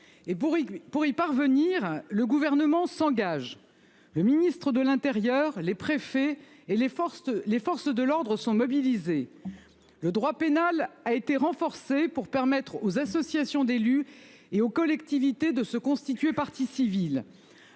pour y parvenir, le gouvernement s'engage. Le ministre de l'Intérieur, les préfets et les forces, les forces de l'ordre sont mobilisés. Le droit pénal a été renforcé pour permettre aux associations d'élus et aux collectivités de se constituer partie civile.